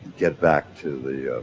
get back to the